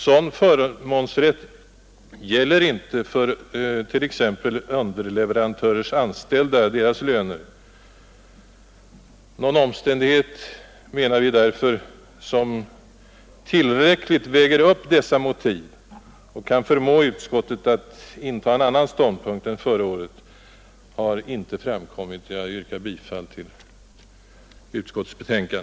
Sådan förmånsrätt finns inte för närvarande för t.ex. löner till anställda hos underleverantörer. Någon omständighet har inte framkommit, anser vi därför, som väger upp dessa motiv och som kan förmå utskottet att inta en annan ståndpunkt än förra året. Jag yrkar bifall till utskottets hemställan.